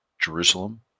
Jerusalem